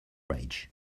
rage